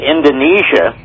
Indonesia